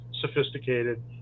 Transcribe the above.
sophisticated